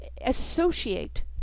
associate